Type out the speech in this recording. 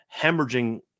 hemorrhaging